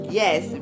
yes